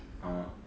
ஆமா:aamaa